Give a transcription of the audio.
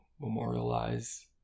memorialize